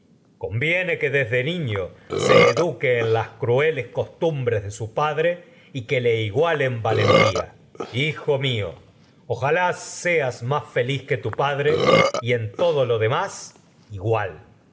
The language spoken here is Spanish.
conviene tumbres desde niño padre más y eduque en las crueles valentía de que le iguale en hijo mío ojalá seas feliz que tu padre y en todo lo de